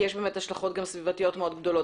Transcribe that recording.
כי יש גם השלכות סביבתיות מאוד גדולות.